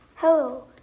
Hello